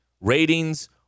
ratings